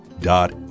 dot